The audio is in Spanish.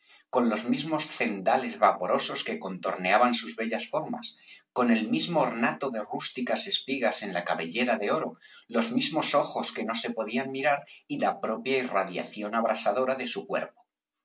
con los mismos cendales vaporosos que contorneaban sus bellas formas con el mismo ornato de rústicas espigas en la cabellera de oro los mismos ojos que no se podían mirar y la propia irradiación abrasadora de su cuerpo